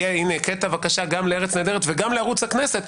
יהיה קטע בבקשה גם ל"ארץ נהדרת" וגם לערוץ הכנסת,